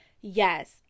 yes